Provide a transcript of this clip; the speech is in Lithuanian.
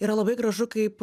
yra labai gražu kaip